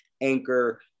Anchor